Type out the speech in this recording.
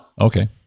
Okay